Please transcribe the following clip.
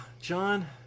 John